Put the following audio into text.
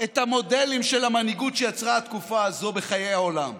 את המודלים של המנהיגות שיצרה התקופה הזאת בחיי העולם.